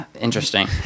Interesting